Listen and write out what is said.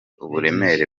uburemere